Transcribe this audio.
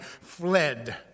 fled